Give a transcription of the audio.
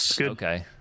okay